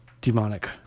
demonic